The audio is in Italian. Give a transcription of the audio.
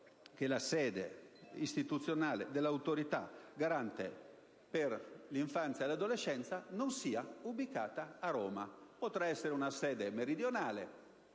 che la sede istituzionale dell'Autorità garante per l'infanzia e l'adolescenza non sia ubicata a Roma, ma in una sede che